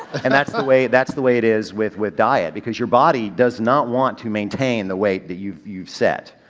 and that's the way, that's the way it is with, with diet because your body does not want to maintain the weight that you've, you've set.